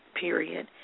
period